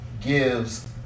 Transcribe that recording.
gives